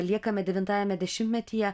liekame devintajame dešimtmetyje